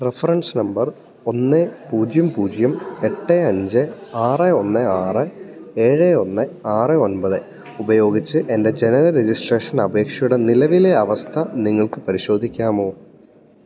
reference number ഒന്ന് പൂജ്യം പൂജ്യം എട്ട് അഞ്ച് ആറ് ഒന്ന് ആറ് ഏഴ് ഒന്ന് ആറ് ഒൻപത് ഉപയോഗിച്ച് എൻറ്റെ ജനന രജിസ്ട്രേഷനപേക്ഷയുടെ നിലവിലേ അവസ്ഥ നിങ്ങൾക്ക് പരിശോധിക്കാമോ